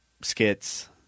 skits